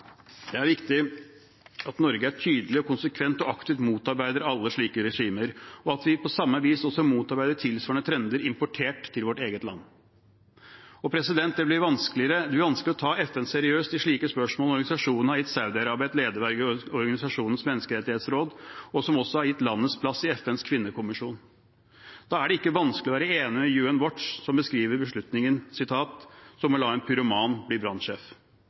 Det er viktig at Norge er tydelig og konsekvent og aktivt motarbeider alle slike regimer, og at vi på samme vis også motarbeider tilsvarende trender importert til vårt eget land. Det blir vanskelig å ta FN seriøst i slike spørsmål når organisasjonen har gitt Saudi-Arabia et lederverv i organisasjonens menneskerettighetsråd og også gitt landet plass i FNs kvinnekommisjon. Det er ikke vanskelig å være enig med UN Watch, som beskriver beslutningen som å la en pyroman bli